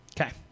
Okay